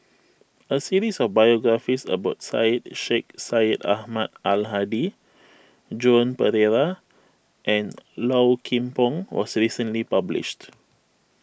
a series of biographies about Syed Sheikh Syed Ahmad Al Hadi Joan Pereira and Low Kim Pong was recently published